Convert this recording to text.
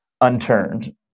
unturned